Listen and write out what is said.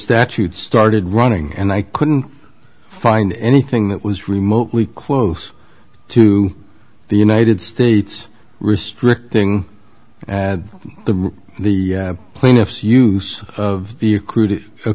statute started running and i couldn't find anything that was remotely close to the united states restricting and the the plaintiff's use of the